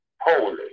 holy